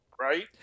Right